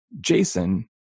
Jason